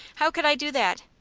how could i do that?